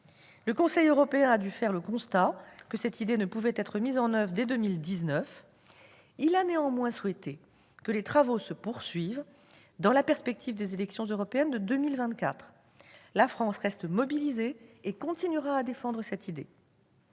Le Conseil européen a dû faire le constat que cette idée ne pouvait être mise en oeuvre dès 2019. Il a néanmoins souhaité que les travaux se poursuivent dans la perspective des élections européennes de 2024. La France reste mobilisée et continuera à défendre cette idée.